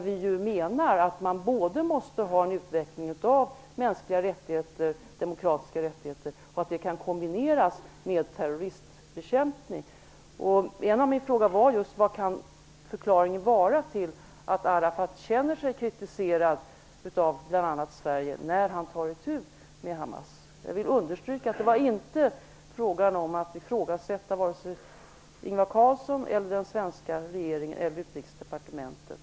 Vi menar ju att man måste ha en utveckling av mänskliga och demokratiska rättigheter, och att detta kan kombineras med terroristbekämpning. En av mina frågor gällde just vad förklaringen kan vara till att Arafat känner sig kritiserad av bl.a. Sverige när han tar itu med Hamas. Jag vill understryka att det inte var fråga om att ifrågasätta vare sig Ingvar Carlsson, den svenska regeringen, eller Utrikesdepartementet.